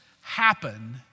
happen